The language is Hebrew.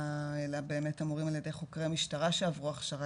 אלא באמת אמורים על ידי חוקרי משטרה שעברו הכשרה,